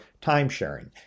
time-sharing